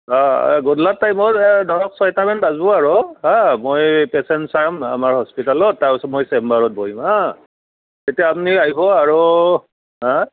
অঁ গধূলা টাইমত এই ধৰক ছটামান বাজিব আৰু হাঁ মই পেচেণ্ট চাম আমাৰ হস্পিটেলত তাৰপিছত মই চেম্বাৰত বহিম হাঁ তেতিয়া আপুনি আহিব আৰু হেঁ